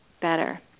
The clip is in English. better